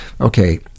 okay